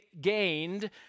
gained